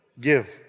give